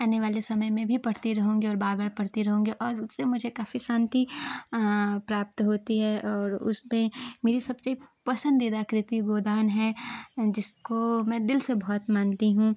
आने वाले समय में भी पढ़ती रहूँगी और बार बार पढ़ती रहूँगी और उससे मुझे काफ़ी शान्ति प्राप्त होती है और उसमें मेरी सबसे पसंदीदा कृति गोदान है जिसको मैं दिल से बहुत मानती हूँ